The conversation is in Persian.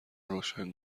روشن